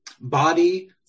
body